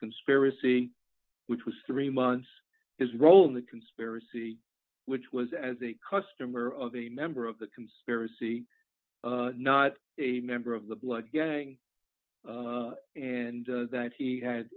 conspiracy which was three months his role in the conspiracy which was as a customer of a member of the conspiracy not a member of the blood gang and that he had